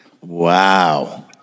Wow